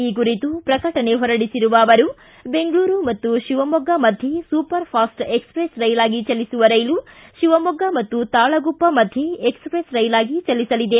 ಈ ಕುರಿತು ಪ್ರಕಟಣೆ ಹೊರಡಿಸಿರುವ ಅವರು ಬೆಂಗಳೂರು ಮತ್ತು ಶಿವಮೊಗ್ಗ ಮಧ್ಯೆ ಸೂಪರ್ ಫಾಸ್ಟ್ ಎಕ್ಸ್ಪ್ರೆಸ್ ರೈಲಾಗಿ ಚಲಿಸುವ ರೈಲು ಶಿವಮೊಗ್ಗ ಮತ್ತು ತಾಳಗುಪ್ಪ ಮಧ್ಯೆ ಎಕ್ಸೆಪ್ರೆಸ್ ರೈಲಾಗಿ ಚಲಿಸಲಿದೆ